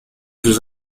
sus